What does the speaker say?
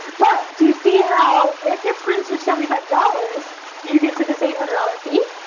but do you see how if your prints are seventy five dollars you get to this eight hundred dollars fee?